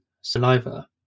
saliva